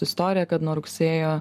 istoriją kad nuo rugsėjo